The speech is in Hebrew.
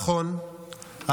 נכון,